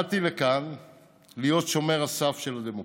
באתי לכאן להיות שומר סף של הדמוקרטיה,